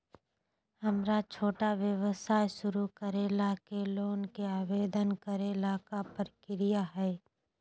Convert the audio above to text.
हमरा छोटा व्यवसाय शुरू करे ला के लोन के आवेदन करे ल का प्रक्रिया हई?